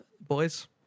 boys